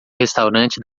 restaurante